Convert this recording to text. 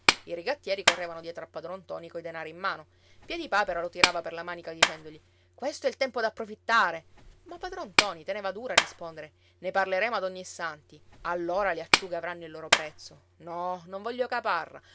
i rigattieri correvano dietro a padron ntoni coi denari in mano piedipapera lo tirava per la manica dicendogli questo è il tempo d'approfittare ma padron ntoni teneva duro a rispondere ne parleremo ad ognissanti allora le acciughe avranno il loro prezzo no non voglio caparra